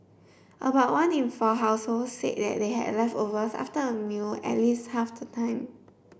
about one in four households said they had leftovers after a meal at least half the time